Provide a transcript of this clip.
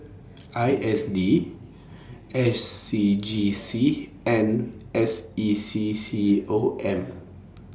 I S D S C G C and S E C C O M